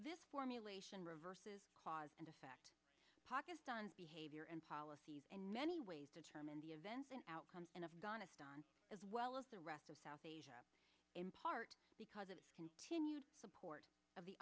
this formulation reverses cause and effect pakistan's behavior and policies in many ways determine the events and outcome in afghanistan as well as the rest of south asia in part because of continued support of the